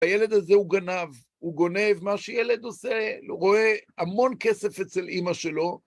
הילד הזה הוא גנב, הוא גונב, מה שילד עושה.. הוא רואה המון כסף אצל אמא שלו.